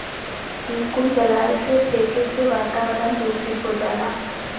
इ कुल जलाए से, फेके से वातावरन दुसित हो जाला